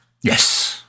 yes